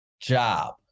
job